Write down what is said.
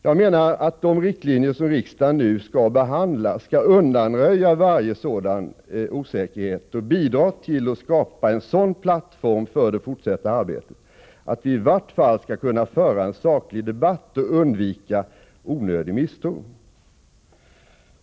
Jag menar att de riktlinjer som riksdagen drar upp skall undanröja varje sådan osäkerhet och bidra till att skapa en sådan plattform för det fortsatta arbetet att vi i varje fall kan föra en saklig debatt och undvika onödig misstro.